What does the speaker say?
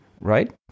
right